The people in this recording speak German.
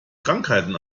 krankheiten